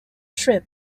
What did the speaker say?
trip